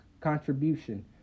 contribution